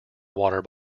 water